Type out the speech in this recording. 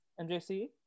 MJC